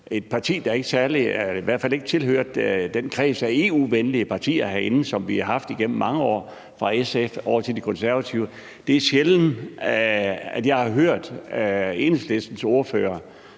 et parti, der i hvert fald ikke tilhørte kredsen af EU-venlige partier herinde, som vi har haft igennem mange år, fra SF over til De Konservative. Det er sjældent, at jeg som i dag, har hørt en ordfører